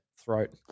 throat